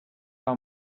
our